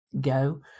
go